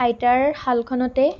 আইতাৰ শালখনতে